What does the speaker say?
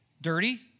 Dirty